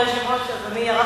אבל יכול להיות שאת תסכימי.